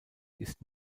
ist